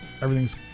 Everything's